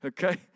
Okay